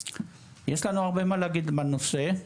יש לנו הרבה מה להגיד בנושא.